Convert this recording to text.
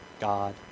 God